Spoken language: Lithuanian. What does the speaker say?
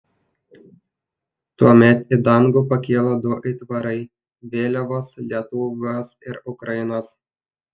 tuomet į dangų pakilo du aitvarai vėliavos lietuvos ir ukrainos